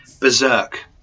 berserk